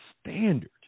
standard